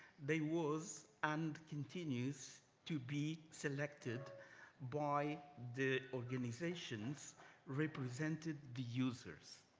there was and continues to be selected by the organizations representing the users.